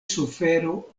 sufero